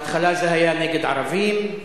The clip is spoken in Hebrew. בהתחלה זה היה נגד ערבים,